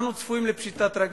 אנחנו צפויים לפשיטת רגל.